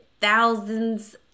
thousands